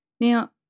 Now